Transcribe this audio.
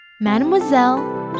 Mademoiselle